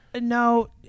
no